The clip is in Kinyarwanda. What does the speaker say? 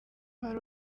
hari